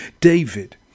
David